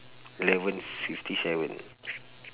eleven fifty seven